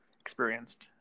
experienced